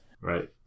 Right